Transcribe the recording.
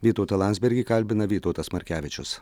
vytautą landsbergį kalbina vytautas markevičius